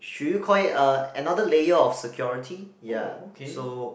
should you call it uh another layer of security ya so